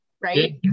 right